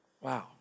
Wow